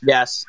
Yes